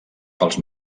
pels